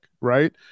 right